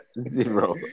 Zero